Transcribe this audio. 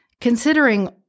Considering